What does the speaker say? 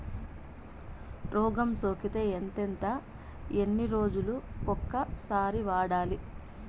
రోగం సోకితే ఎంతెంత ఎన్ని రోజులు కొక సారి వాడాలి?